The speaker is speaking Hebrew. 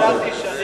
הודעתי.